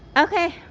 okay.